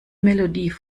melodie